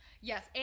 yes